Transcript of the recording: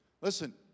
listen